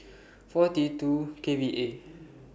four T two K V A